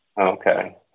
Okay